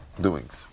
doings